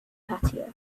patio